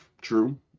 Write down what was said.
true